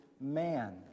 man